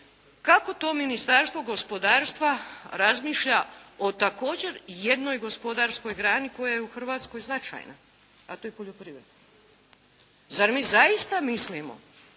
kako to Ministarstvo gospodarstva razmišlja o također jednoj gospodarskoj grani koja je u Hrvatskoj značajna, a to je poljoprivreda? Zar mi zaista mislimo